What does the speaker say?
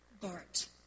Bart